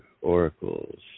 oracles